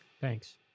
Thanks